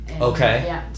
Okay